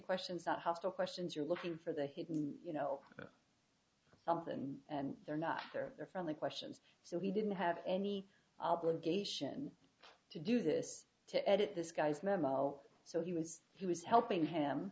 questions not hostile questions you're looking for the hidden you know something and they're not there they're friendly questions so we didn't have any obligation to do this to edit this guy's memo so he was he was helping him